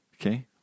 Okay